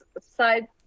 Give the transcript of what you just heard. side